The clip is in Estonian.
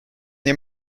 nii